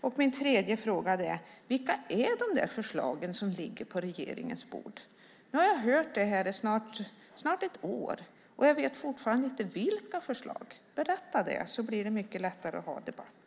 Sedan undrar jag: Vilka är de där förslagen som ligger på regeringens bord? Nu har jag hört det i snart ett år. Jag vet fortfarande inte vilka förslag det är. Berätta det, så blir det mycket lättare att ha debatt!